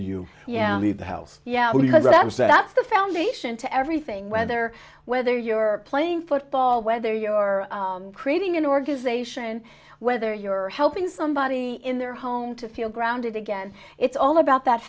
leave the house yeah that was that's the foundation to everything whether whether you're playing football whether your creating an organization whether you're helping somebody in their home to feel grounded again it's all about that